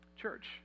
Church